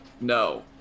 No